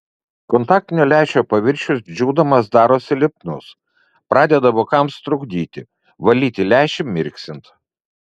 kontaktinio lęšio paviršius džiūdamas darosi lipnus pradeda vokams trukdyti valyti lęšį mirksint